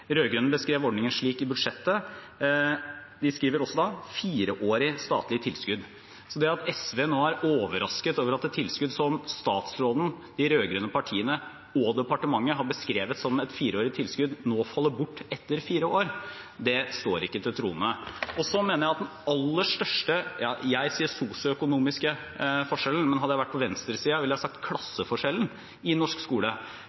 beskrev ordningen slik i budsjettet. De skriver også da fireårig statlig tilskudd. Så det at SV nå er overrasket over at et tilskudd som statsråden, de rød-grønne partiene og departementet har beskrevet som et fireårig tilskudd, nå faller bort etter fire år, det står ikke til troende. Så mener jeg at den aller største forskjellen – jeg sier den sosioøkonomiske forskjellen, men hadde jeg vært på venstresiden, ville jeg sagt klasseforskjellen – i norsk skole